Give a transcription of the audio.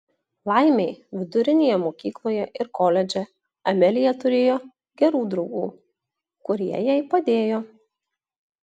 laimei vidurinėje mokykloje ir koledže amelija turėjo gerų draugų kurie jai padėjo